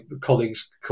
colleagues